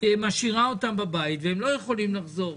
משאירה אותם בבית והם לא יכולים לחזור.